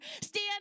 Stand